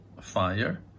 fire